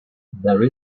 there